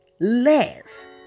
less